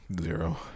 zero